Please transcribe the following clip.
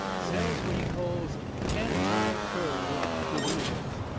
sells what he calls anti-curl to the niggers.